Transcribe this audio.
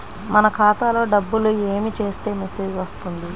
మన ఖాతాలో డబ్బులు ఏమి చేస్తే మెసేజ్ వస్తుంది?